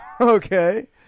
Okay